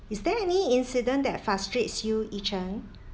is there any incident that frustrates you yi cheng